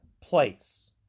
place